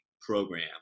program